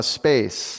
space